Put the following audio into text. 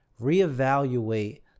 Reevaluate